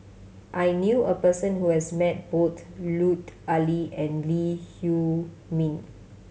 I knew a person who has met both Lut Ali and Lee Huei Min